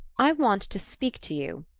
i want to speak to you,